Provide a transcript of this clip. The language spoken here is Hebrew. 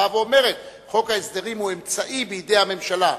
הבאה ואומרת: חוק ההסדרים הוא אמצעי ביד הממשלה,